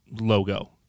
logo